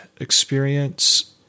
experience